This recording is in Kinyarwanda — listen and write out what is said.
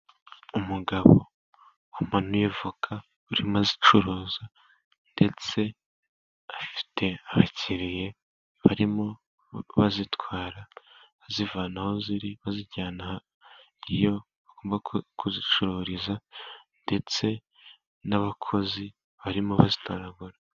Umugabo wamanuye voka urimo azicuruza, ndetse afite abakiriya barimo bazitwara, bazivana aho ziri bazijyana iyo bagomba kuzicururiza, ndetse n'abakozi barimo bazitoragura.